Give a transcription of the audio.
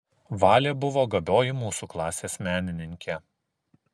valė buvo gabioji mūsų klasės menininkė